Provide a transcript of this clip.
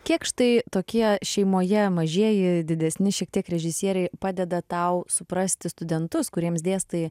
kiek štai tokie šeimoje mažieji didesni šiek tiek režisieriai padeda tau suprasti studentus kuriems dėstai